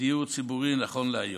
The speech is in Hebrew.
לדיור ציבורי נכון להיום,